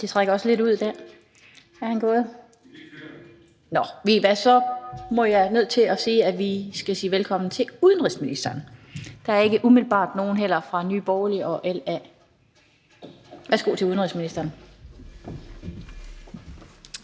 det trækker lidt ud. Så er jeg nødt til at sige, at vi skal sige velkommen til udenrigsministeren. Der er heller ikke umiddelbart nogen fra Nye Borgerlige og LA. Værsgo til udenrigsministeren.